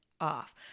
off